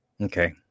Okay